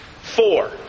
Four